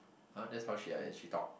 uh that's how she I actually talk